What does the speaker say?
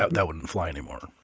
ah that wouldn't fly anymore.